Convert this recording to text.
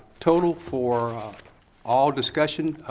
total for all discussion,